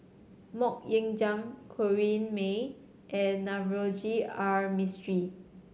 Mok Ying Jang Corrinne May and Navroji R Mistri